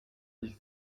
dix